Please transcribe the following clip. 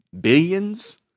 billions